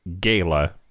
gala